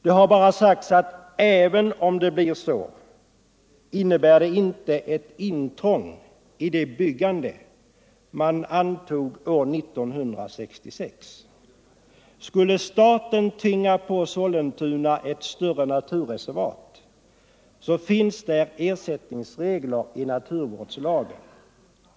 Det har bara sagts att även om det blir så, innebär detta inte ett intrång på det byggande som man beslöt år 1966. Skulle staten tvinga på Sollentuna ett större naturreservat så finns det ersättningsregler i naturvårdslagen.